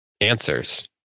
answers